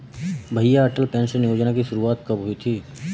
भैया अटल पेंशन योजना की शुरुआत कब हुई थी?